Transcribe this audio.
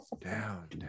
down